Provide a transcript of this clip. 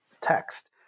text